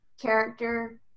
character